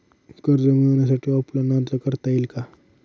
कर्ज मिळण्यासाठी ऑफलाईन अर्ज करता येईल का?